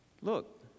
Look